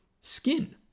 skin